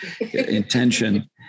intention